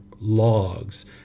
logs